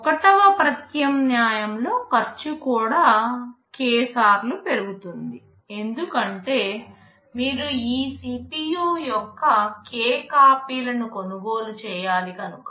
ఒకటవ ప్రత్యామ్నాయం లో ఖర్చు కూడా k సార్లు పెరుగుతుంది ఎందుకంటే మీరు ఈ CPU యొక్క k కాపీలను కొనుగోలు చేయాలి కనుక